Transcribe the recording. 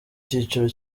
cyiciro